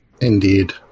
Indeed